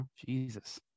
Jesus